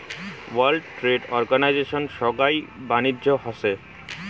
world trade অর্গানিজশনে সোগাই বাণিজ্য হসে